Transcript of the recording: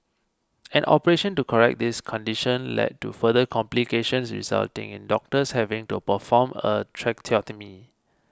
an operation to correct this condition led to further complications resulting in doctors having to perform a tracheotomy